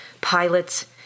pilots